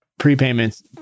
prepayments